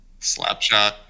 Slapshot